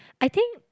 I think